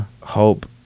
hope